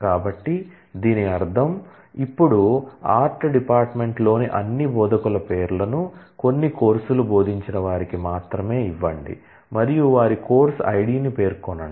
కాబట్టి దీని అర్థం ఇప్పుడు ఆర్ట్ డిపార్ట్మెంట్లోని అన్ని బోధకుల పేర్లను కొన్ని కోర్సు లు బోధించిన వారికి మాత్రమే ఇవ్వండి మరియు వారి కోర్సు ఐడిని పేర్కొనండి